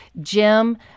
Jim